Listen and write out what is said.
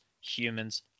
humans